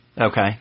Okay